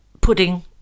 pudding